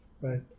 Right